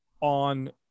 on